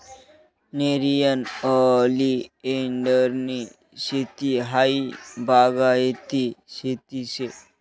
नेरियन ओलीएंडरनी शेती हायी बागायती शेती शे